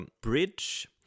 bridge